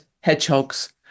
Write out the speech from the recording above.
hedgehogs